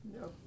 No